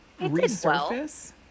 resurface